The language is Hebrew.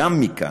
גם מכאן,